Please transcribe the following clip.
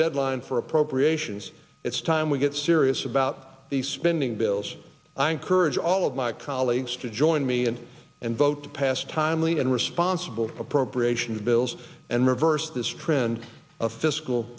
deadline for appropriations it's time we get serious about these spending bills i encourage all of my colleagues to join me in and vote to pass timely and responsible appropriations bills and reverse this when a fiscal